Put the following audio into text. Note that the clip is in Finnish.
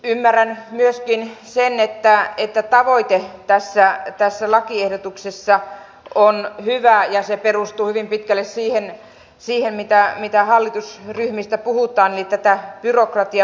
ymmärrän myöskin sen että tavoite tässä lakiehdotuksessa on hyvä ja perustuu hyvin pitkälle siihen mitä hallitusryhmistä puhutaan tähän byrokratian purkuun